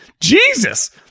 Jesus